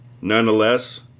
Nonetheless